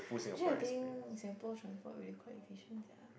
actually I think Singapore transport really quite efficient sia